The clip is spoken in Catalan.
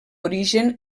origen